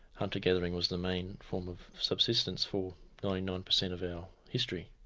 hunter gathering was the main form of subsistence for ninety nine percent of our history.